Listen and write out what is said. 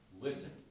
Listen